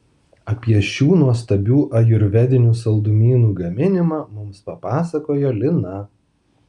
apie šių nuostabių ajurvedinių saldumynų gaminimą mums papasakojo lina